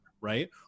right